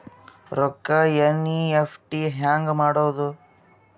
ರೊಕ್ಕ ಎನ್.ಇ.ಎಫ್.ಟಿ ಹ್ಯಾಂಗ್ ಮಾಡುವುದು?